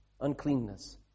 uncleanness